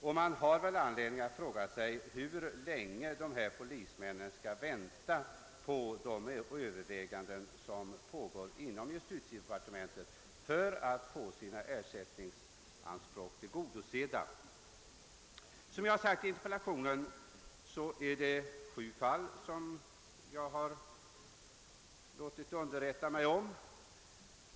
Och man har väl anledning att fråga sig hur länge dessa polismän skall vänta på de överväganden, som pågår inom justitiedepartementet, innan de får sina ersättningsanspråk tillgodosedda. Som jag har sagt i interpellationen är det sju fall som jag har gjort mig underrättad om.